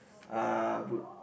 uh route